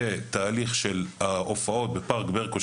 ותהליך ההופעות בפארק ברקו,